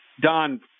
Don